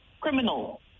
criminal